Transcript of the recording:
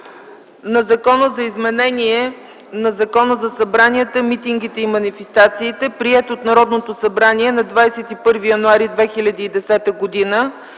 на Закона за изменение на Закона за събранията, митингите и манифестациите, приет от Народното събрание на 21 януари 2010 г.,